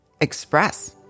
express